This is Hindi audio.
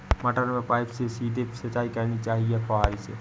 मटर में पाइप से सीधे सिंचाई करनी चाहिए या फुहरी से?